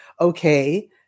okay